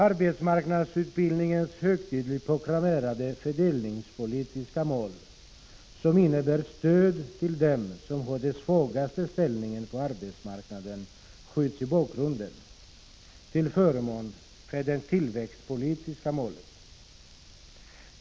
Arbetsmarknadsutbildningens högtidligt proklamerade fördelningspolitiska mål, som innebär stöd till dem som har den svagaste ställningen på arbetsmarknaden, skjuts i bakgrunden till förmån för de tillväxtpolitiska målen.